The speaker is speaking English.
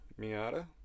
miata